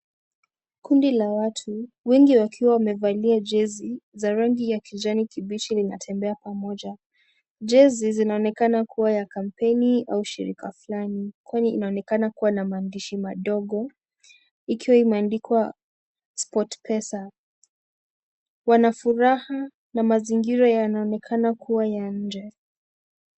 Kundi la watu, wengi wakiwa wamevalia jezi za rangi ya kijani kibichi na wanatembea pamoja. Jezi zinaonekana kuwa ya kampeni au shirika fulani kwani inaonekana kuwa na maandishi madogo ikiwa imeandikwa sport pesa. Wana furaha na mazingira yanaonekana kuwa ya nje.